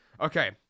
okay